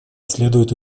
следует